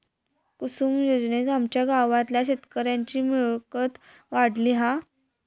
कुसूम योजनेत आमच्या गावातल्या शेतकऱ्यांची मिळकत वाढली हा